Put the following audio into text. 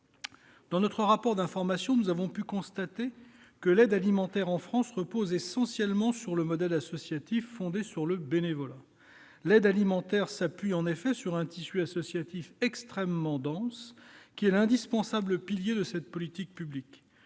dans notre rapport d'information que l'aide alimentaire en France repose essentiellement sur le modèle associatif fondé sur le bénévolat. Elle s'appuie en effet sur un tissu associatif extrêmement dense, qui est l'indispensable pilier de cette politique publique.